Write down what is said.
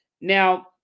Now